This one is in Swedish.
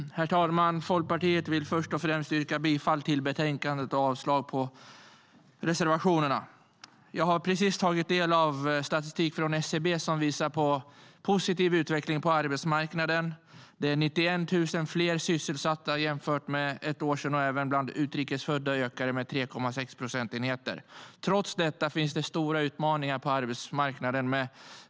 Jag har precis tagit del av statistik från SCB som visar på en positiv utveckling på arbetsmarknaden. Det är 91 000 fler sysselsatta jämfört med för ett år sedan. Även bland utrikes födda har det ökat med 3,6 procentenheter. Trots detta finns det stora utmaningar på arbetsmarknaden.